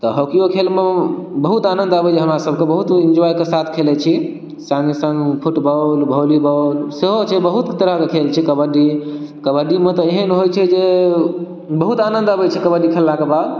तऽ हॉकियो खेलमे बहुत आनंद आबैया हमरा सबके बहुत एन्जॉय के साथ खेलै छी संग संग फुटबॉल वोल्लीबॉल सेहो छै बहुत तरहके खेल छै कबड्डी कबड्डी मे तऽ एहन होइ छै जे बहुत आनंद आबै छै कबड्डी खेललाक बाद